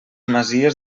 masies